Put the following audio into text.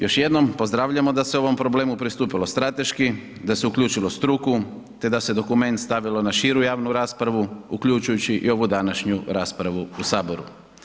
Još jednom, pozdravljamo da se ovom problemu pristupilo strateški, da se uključilo struku te da se dokument stavilo na širu javnu raspravu, uključujući i ovu današnju raspravu u Saboru.